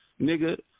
nigga